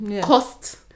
Cost-